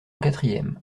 quatrième